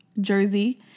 jersey